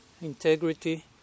integrity